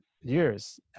years